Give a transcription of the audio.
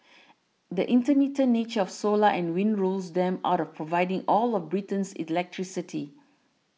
the intermittent nature of solar and wind rules them out of providing all of Britain's electricity